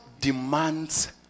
demands